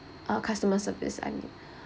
uh customer service I mean